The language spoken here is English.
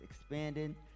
expanding